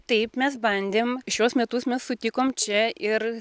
taip mes bandėm šiuos metus mes sutikom čia ir